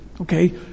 okay